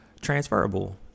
Transferable